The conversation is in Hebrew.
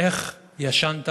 איך ישנת